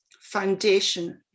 foundation